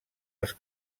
als